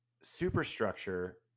superstructure